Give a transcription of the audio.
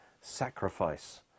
sacrifice